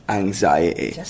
anxiety